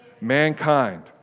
Mankind